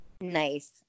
Nice